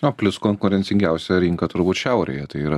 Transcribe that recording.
o plius konkurencingiausia rinka turbūt šiaurėje tai yra